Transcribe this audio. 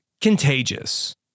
contagious